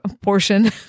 portion